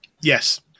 Yes